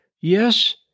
Yes